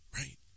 Right